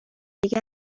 دیگه